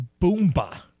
boomba